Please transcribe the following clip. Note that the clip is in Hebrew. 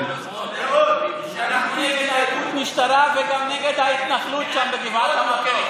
אנחנו נגד אלימות משטרה וגם נגד ההתנחלות שם בגבעת המטוס.